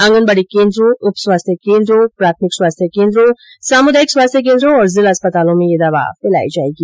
आंगनबाड़ी केन्द्रों उप स्वास्थ्य केन्द्रों प्राथमिक स्वास्थ्य केन्द्रों सामुदायिक स्वास्थ्य केन्द्रों और जिला अस्पतालों में यह दवा पिलाई जाएगी